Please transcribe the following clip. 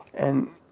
and,